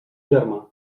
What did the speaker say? germà